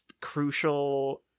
crucial